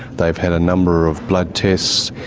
they've had a number of blood tests,